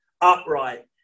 upright